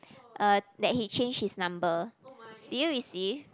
uh that he change his number did you receive